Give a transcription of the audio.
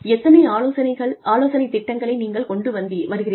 எத்தனை ஆலோசனை திட்டங்களை நீங்கள் கொண்டு வருகிறீர்கள்